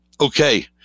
Okay